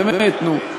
באמת, נו.